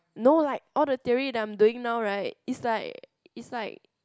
no like all the theory that I'm doing now right is like is like